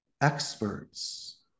experts